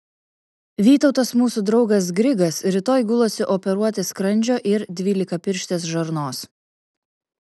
vytautas mūsų draugas grigas rytoj gulasi operuoti skrandžio ir dvylikapirštės žarnos